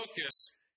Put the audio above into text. focus